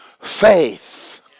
faith